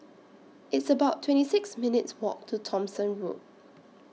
It's about twenty six minutes' Walk to Thomson Road